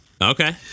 Okay